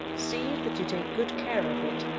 see that you take good care of it.